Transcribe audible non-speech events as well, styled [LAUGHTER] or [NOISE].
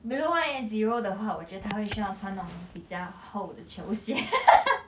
below one eight zero 的话我觉得他会需要穿那种比较厚的球鞋 [LAUGHS]